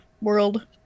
World